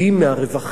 מהרווחים,